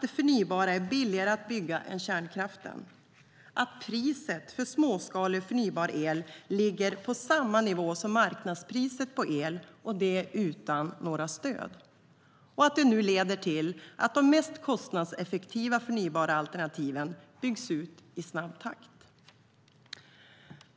Det förnybara är billigare att bygga än kärnkraften. Priset för småskalig och förnybar el ligger på samma nivå som marknadspriset på el, och det utan några stöd. Detta leder nu till att de mest kostnadseffektiva förnybara alternativen byggs ut i snabb takt.